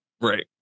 Right